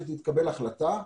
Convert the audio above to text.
שתתקבל החלטה,